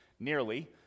nearly